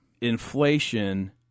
inflation